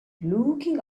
looking